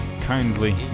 kindly